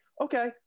Okay